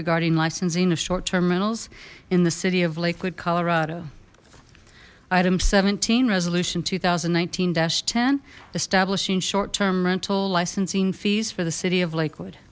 regarding licensing of short term rentals in the city of lakewood colorado item seventeen resolution two thousand and nineteen ten establishing short term rental licensing fees for the city of lakewood